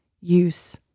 use